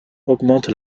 augmente